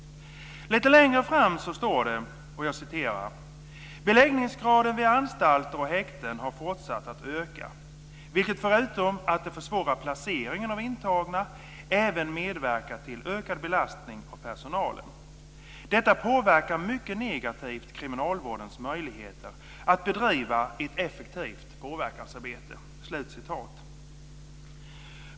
Lite längre fram står det: "Beläggningsgraden vid anstalter och häkten har fortsatt att öka, vilket förutom att det försvårar placeringen av intagna även medverkar till ökad belastning av personalen. Detta påverkar mycket negativt kriminalvårdens möjligheter att bedriva ett effektivt påverkansarbete."